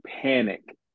Panic